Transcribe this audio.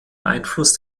einfluss